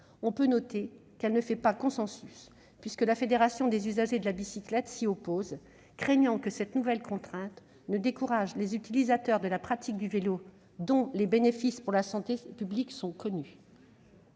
on peut noter qu'elle ne fait pas consensus. La Fédération française des usagers de la bicyclette s'y oppose notamment, craignant que cette nouvelle contrainte ne décourage les utilisateurs de la pratique du vélo, dont les bénéfices pour la santé publique sont connus.